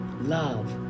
love